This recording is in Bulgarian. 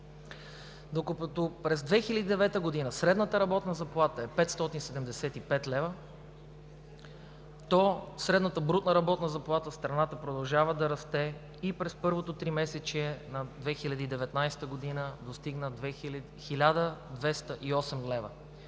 Докато през 2009 г. средната работна заплата е 575 лв., то средната брутна работна заплата в страната продължава да расте и през първото тримесечие на 2019 г. достигна 1208 лв.